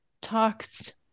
talks